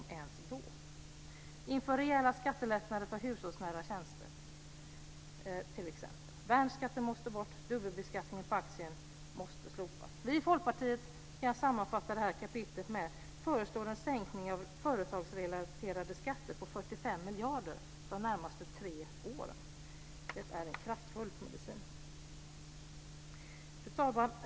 Det gäller att införa rejäla skattelättnader för hushållsnära tjänster exempelvis. Värnskatten måste bort, och dubbelbeskattningen på aktier måste slopas. Vi i Folkpartiet kan sammanfatta det här kapitlet genom att föreslå en sänkning av företagsrelaterade skatter på 45 miljarder under de närmaste tre åren. Det är en kraftfull medicin! Fru talman!